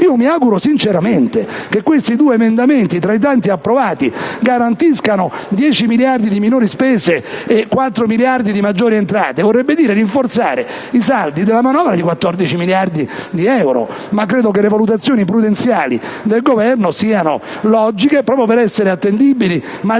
Mi auguro sinceramente che questi due emendamenti tra i tanti approvati garantiscano 10 miliardi di minori spese e 4 miliardi di maggiori entrate: vorrebbe dire rinforzare i saldi della manovra di 14 miliardi di euro. Ma credo che le valutazioni prudenziali del Governo siano logiche, proprio per essere maggiormente